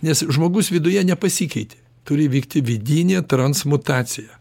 nes žmogus viduje nepasikeitė turi vykti vidinė transmutacija